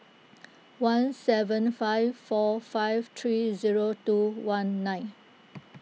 one seven five four five three zero two one nine